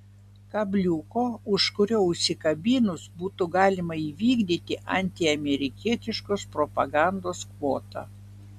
kabliuko už kurio užsikabinus būtų galima įvykdyti antiamerikietiškos propagandos kvotą